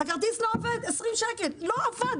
הכרטיס לא עובד, 20 שקל, לא עבד.